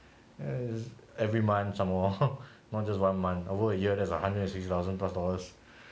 every month some more not just one month over a year that's one hundred and six thousand dollars